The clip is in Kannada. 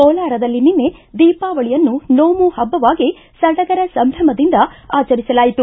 ಕೋಲಾರದಲ್ಲಿ ನಿನ್ನೆ ದೀಪಾವಳಿಯನ್ನು ನೋಮಗಳ ಹಬ್ಬವಾಗಿ ಸಡಗರ ಸಂಭ್ರಮದಿಂದ ಆಚರಿಸಿದರು